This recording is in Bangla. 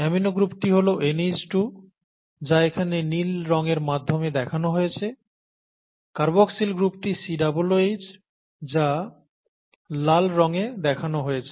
অ্যামিনো গ্রুপটি হল NH2 যা এখানে নীল রঙের মাধ্যমে দেখানো হয়েছে কার্বক্সিল গ্রুপটি COOH যা লাল রঙে দেখানো হয়েছে